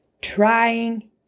Trying